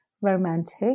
romantic